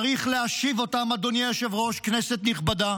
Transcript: צריך להשיב אותם, אדוני היושב-ראש, כנסת נכבדה,